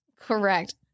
Correct